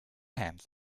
hand